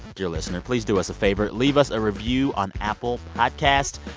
dear listener, please do us a favor. leave us a review on apple podcasts.